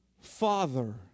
Father